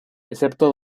excepto